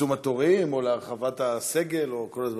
לצמצום התורים או להרחבת הסגל או כל הדברים.